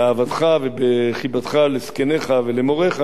באהבתך ובחיבתך לזקניך ולמוריך,